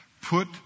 Put